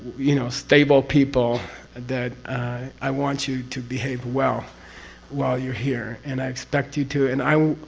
you know, stable people that i want you to behave well while you're here and i expect you to, and i.